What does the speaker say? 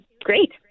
great